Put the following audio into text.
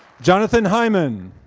jonathan hyman.